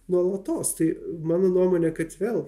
nuolatos tai mano nuomonė kad vėl